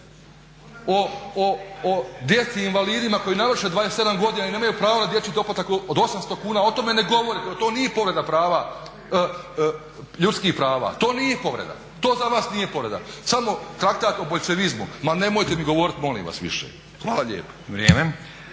O djeci invalidima koji navrše 27 godina i nemaju pravo na dječji doplatak od 800 kuna, o tome ne govorite, to nije povreda prava, ljudskih prava, to nije povreda, to za vas nije povreda. Samo traktat o boljševizmu. Ma nemojte mi govoriti molim vas više. Hvala lijepo.